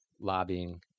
lobbying